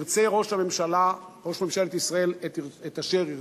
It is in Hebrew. ירצה ראש הממשלה, ראש ממשלת ישראל, את אשר ירצה,